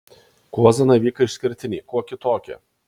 kuo zanavykai išskirtiniai kuo kitokie